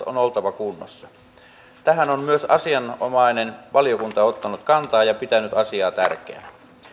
on oltava kunnossa tähän on myös asianomainen valiokunta ottanut kantaa ja pitänyt asiaa tärkeänä